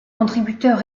contributeur